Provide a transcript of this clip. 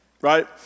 right